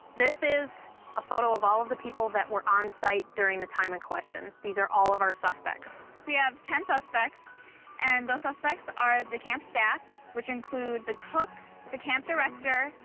this is a photo of all of the people that were on site during the time in question. these are all of our suspects. we have ten suspects and those suspects are the camp staff, which include the cook, the camp director,